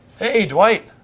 hey dwight!